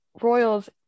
royals